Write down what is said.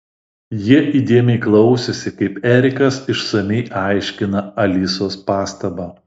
jie įdėmiai klausėsi kaip erikas išsamiai aiškina alisos pastabą